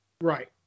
right